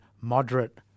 moderate